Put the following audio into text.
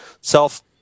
self